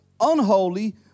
unholy